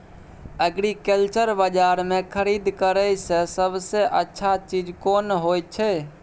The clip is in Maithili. एग्रीकल्चर बाजार में खरीद करे से सबसे अच्छा चीज कोन होय छै?